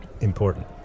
important